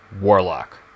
Warlock